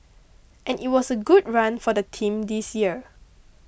and it was a good run for the team this year